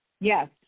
Yes